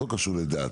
לא קשור לדת,